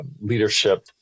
leadership